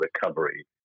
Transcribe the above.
recovery